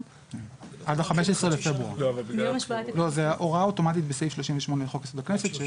זאת הוראה אוטומטית בסעיף 38 לחוק-יסוד: הכנסת,